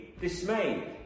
dismayed